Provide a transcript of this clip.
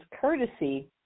courtesy